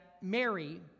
Mary